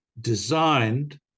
designed